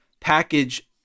package